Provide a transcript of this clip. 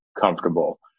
comfortable